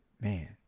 man